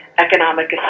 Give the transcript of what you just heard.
economic